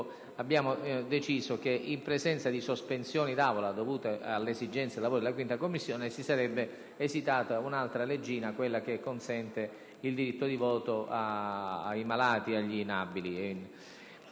abbiamo deciso che in presenza di sospensioni d'Aula dovute alle esigenze dei lavori della 5a Commissione si sarebbe esitata un'altra leggina - quella che consente il diritto di voto ai malati e agli inabili